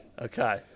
okay